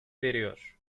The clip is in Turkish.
veriyor